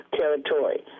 territory